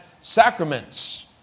sacraments